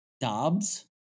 Dobbs